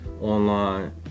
online